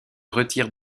retire